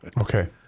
Okay